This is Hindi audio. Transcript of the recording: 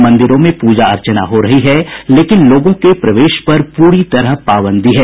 मंदिरों में प्रजा अर्चना हो रही है लेकिन लोगों के प्रवेश पर प्ररी तरह पाबंदी है